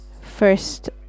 First